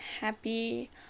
Happy